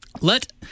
let